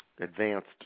advanced